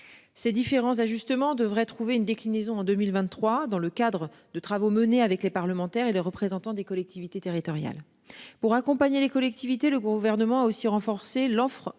Ces différents ajustements devraient trouver une déclinaison en 2023 dans le cadre de travaux menés avec les parlementaires et les représentants des collectivités territoriales pour accompagner les collectivités. Le gouvernement a aussi renforcer l'offre